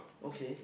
okay